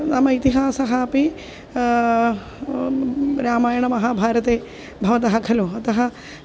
नाम इतिहासः अपि रामायणमहाभारते भवतः खलु अतः